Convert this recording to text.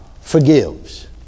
forgives